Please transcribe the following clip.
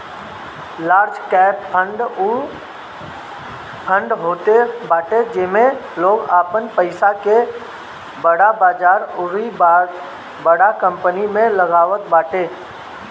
large cap fund उ fund होत बाटे जेमे लोग आपन पईसा के बड़ बजार अउरी बड़ कंपनी में लगावत बाटे